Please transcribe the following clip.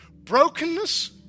brokenness